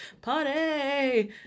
party